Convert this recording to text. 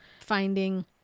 finding